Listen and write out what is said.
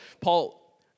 Paul